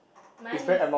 mine is